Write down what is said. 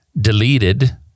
deleted